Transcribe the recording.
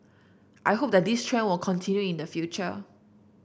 I hope that this trend will continue in the future